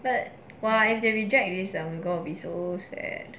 but !wah! if they reject this are we gonna be so sad